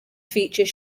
feature